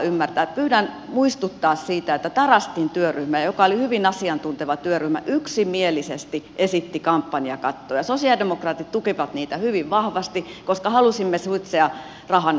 pyydän muistuttamaan siitä että tarastin työryhmä joka oli hyvin asiantunteva työryhmä yksimielisesti esitti kampanjakattoa ja sosialidemokraatit tukivat sitä hyvin vahvasti koska halusimme suitsia rahan valtaa